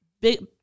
big